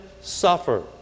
suffer